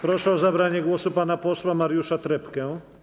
Proszę o zabranie głosu pana posła Mariusza Trepkę.